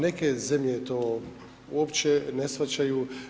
Neke zemlje to uopće ne shvaćaju.